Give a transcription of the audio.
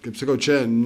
kaip sakau čia